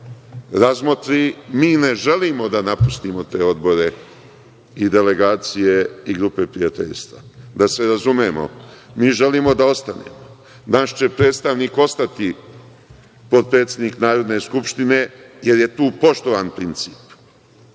razmotri. Mi ne želimo da napustimo te odbore i delegacije i grupe prijateljstava. Da se razumemo, mi želimo da ostanemo. Naš će predstavnik ostati potpredsednik Narodne skupštine, jer je tu poštovan princip,